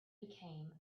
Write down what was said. became